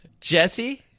Jesse